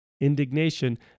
indignation